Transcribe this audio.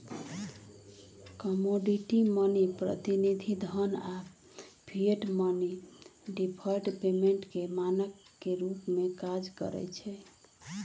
commodity money, प्रतिनिधि धन आऽ फिएट मनी डिफर्ड पेमेंट के मानक के रूप में काज करइ छै